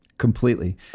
completely